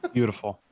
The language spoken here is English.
Beautiful